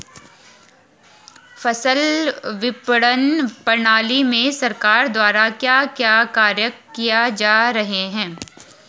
फसल विपणन प्रणाली में सरकार द्वारा क्या क्या कार्य किए जा रहे हैं?